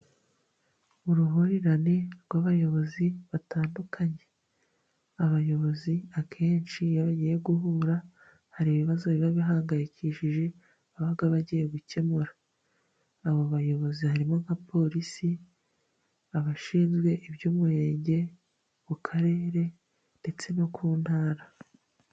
Uruhurirane rw'abayobozi batandukanye, abayobozi akenshi iyo bagiye guhura, haba hari ibibazo biba bibahangayikishije, baba bagiye gukemura, abo bayobozi harimo nka polisi, abashinzwe iby'umurenge, mu karere, ndetse no ku ntara.